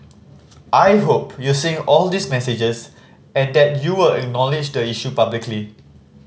I hope you're seeing all these messages and that you will acknowledge the issue publicly